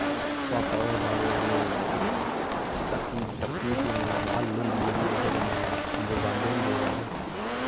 भापा होर साढ़े अपने टक्कू टक्कू हल्ल होंदी जेह्ड़ी उ'दे कन्नै खुंबे बांह्दे होंदे हे पैह्लें